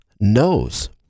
knows